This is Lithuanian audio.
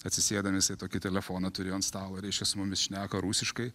atsisėdam jisai tokį telefoną turėjo ant stalo reiškia su mumis šneka rusiškai